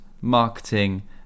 marketing